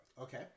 Okay